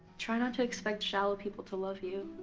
try not to expect shallow people to love you.